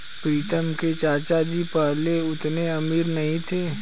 प्रीतम के चाचा जी पहले उतने अमीर नहीं थे